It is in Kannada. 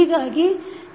ಹೀಗಾಗಿ ನಿ